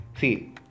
See